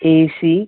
ac